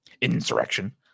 insurrection